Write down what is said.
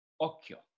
occhio